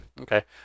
Okay